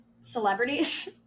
celebrities